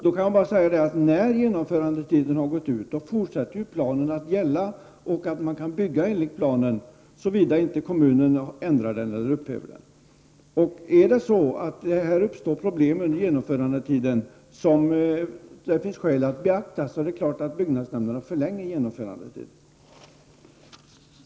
Då kan jag bara säga att när genomförandetiden har gått ut, fortsätter planen att gälla, och man kan bygga enligt planen såvida inte kommunen ändrar eller upphäver den. Uppstår det problem under genomförandetiden som det finns skäl att beakta, är det klart att byggnadsnämnderna förlänger genomförandetiden.